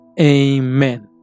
Amen